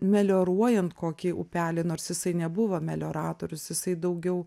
melioruojant kokį upelį nors jisai nebuvo melioratorius jisai daugiau